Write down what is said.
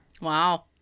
Wow